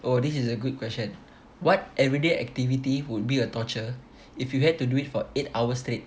oh this is a good question what everyday activity would be a torture if you had to do it for eight hours straight